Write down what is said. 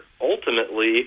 ultimately